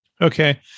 Okay